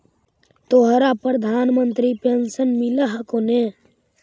तोहरा प्रधानमंत्री पेन्शन मिल हको ने?